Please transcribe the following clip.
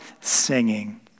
singing